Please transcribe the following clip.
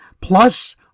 plus